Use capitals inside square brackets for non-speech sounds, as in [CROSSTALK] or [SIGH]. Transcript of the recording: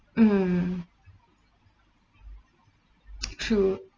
mm [NOISE] true